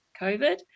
COVID